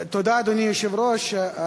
תודה, אדוני היושב-ראש.